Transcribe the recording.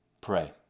Pray